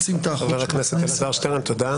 חבר הכנסת אלעזר שטרן, תודה.